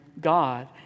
God